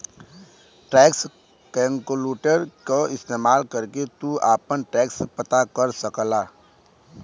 tax calculator क इस्तेमाल करके तू आपन टैक्स पता कर सकला